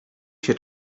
się